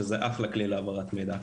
שזה אחלה כלי להעברת מידע.